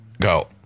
Go